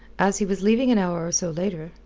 as he was leaving an hour or so later,